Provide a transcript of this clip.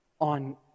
on